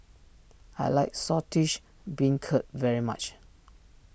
I like Saltish Beancurd very much